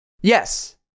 Yes